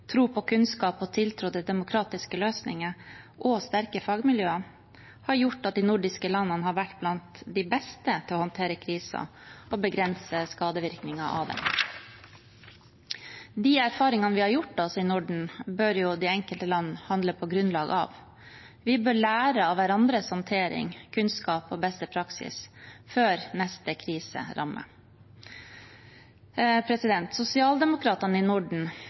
tro på kunnskap, tiltro til demokratiske løsninger og sterke fagmiljøer har gjort at de nordiske landene har vært blant de beste til å håndtere krisen og begrense skadevirkningene av den. De erfaringene vi har gjort oss i Norden, bør de enkelte land handle på grunnlag av. Vi bør lære av hverandres håndtering, kunnskap og beste praksis før neste krise rammer. Sosialdemokratene i Norden